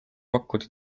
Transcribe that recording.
pakkuda